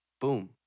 boom